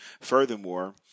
Furthermore